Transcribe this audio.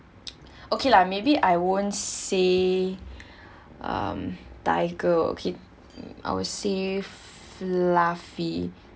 okay lah maybe I won't say um tiger okay I'll say fluffy